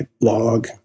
blog